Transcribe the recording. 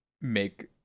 make